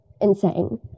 insane